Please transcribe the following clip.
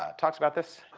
ah talks about this